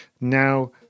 now